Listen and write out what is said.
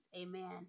amen